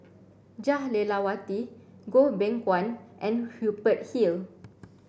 Jah Lelawati Goh Beng Kwan and Hubert Hill